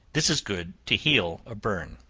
this is good to heal a burn.